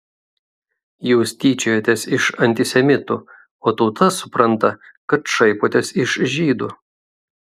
jūs tyčiojatės iš antisemitų o tauta supranta kad šaipotės iš žydų